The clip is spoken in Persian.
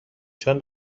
چون